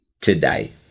today